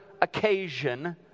occasion